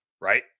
right